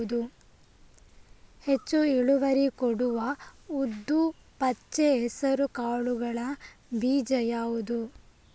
ಹೆಚ್ಚು ಇಳುವರಿ ಕೊಡುವ ಉದ್ದು, ಪಚ್ಚೆ ಹೆಸರು ಕಾಳುಗಳ ಬೀಜ ಯಾವುದು?